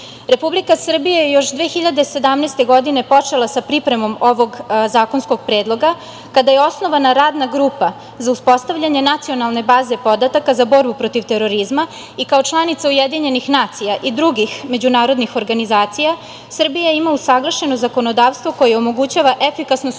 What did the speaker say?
nosi. Republika Srbija je još 2017. godine počela sa pripremom ovog zakonskog predloga kada je osnovana Radna grupa za uspostavljanje Nacionalne baze podataka za borbu protiv terorizma i kao članica UN i drugih međunarodnih organizacija, Srbija ima usaglašeno zakonodavstvo koje omogućava efikasno